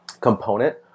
component